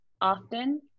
often